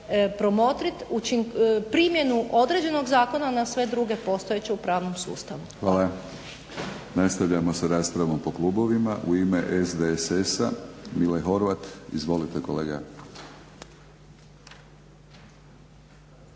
promotriti primjenu određenog zakona na sve druge postojeće u pravnom sustavu. **Batinić, Milorad (HNS)** Hvala. Nastavljamo sa raspravom po klubovima. U ime SDSS-a Mile Horvat. Izvolite kolega.